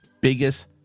biggest